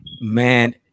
Man